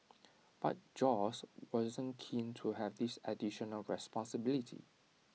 but Josh wasn't keen to have this additional responsibility